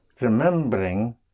remembering